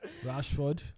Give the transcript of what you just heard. Rashford